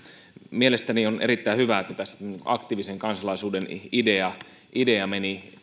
mielestäni on erittäin hyvä että tässä aktiivisen kansalaisuuden idea idea meni